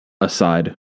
aside